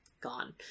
gone